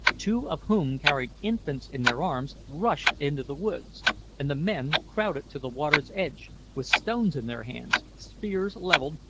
two of whom carried infants in their arms, rushed into the woods and the men crowded to the water's edge, with stones in their hands, spears levelled,